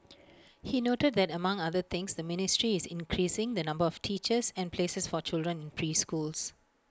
he noted that among other things the ministry is increasing the number of teachers and places for children in preschools